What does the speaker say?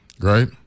right